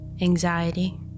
Anxiety